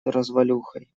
развалюхой